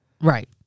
Right